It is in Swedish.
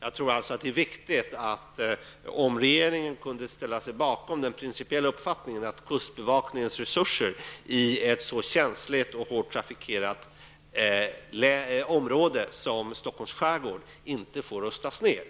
Jag tror alltså att det vore viktigt om regeringen kunde ställa sig bakom den principiella uppfattningen att kustbevakningens resurser i ett så känsligt och hårt trafikerat område som Stockholms skärgård inte får rustas ned.